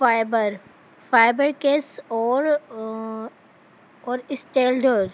fibre fibre case اور اور steel جو